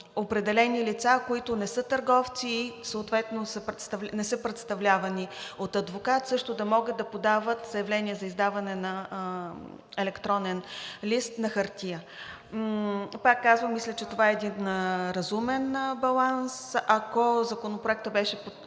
определени лица, които не са търговци, съответно не са представлявани от адвокат, също да могат да подават заявления за издаване на електронен лист на хартия. Пак казвам, мисля, че това е един разумен баланс. Ако Законопроектът е